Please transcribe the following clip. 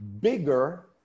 bigger